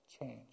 change